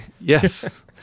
Yes